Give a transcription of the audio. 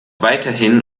weiterhin